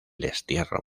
destierro